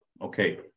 Okay